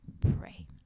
pray